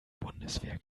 bundeswehr